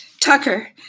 Tucker